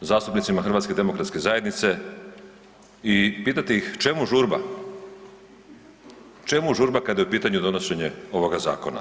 zastupnicima HDZ-a i pitati ih čemu žurba, čemu žurba kada je u pitanju donošenje ovoga zakona?